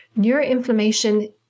neuroinflammation